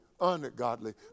ungodly